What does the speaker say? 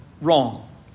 wrong